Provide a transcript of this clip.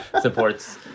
supports